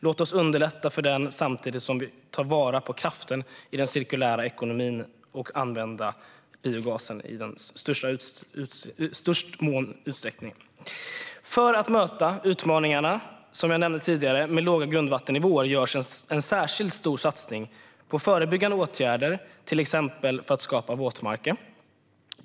Låt oss underlätta för den samtidigt som vi tar vara på kraften i den cirkulära ekonomin genom att använda biogas i största möjliga utsträckning. För att möta utmaningarna med låga grundvattennivåer, som jag nämnde tidigare, görs en särskilt stor satsning på förebyggande åtgärder, till exempel för att skapa fler våtmarker.